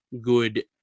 good